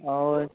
और